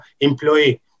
employee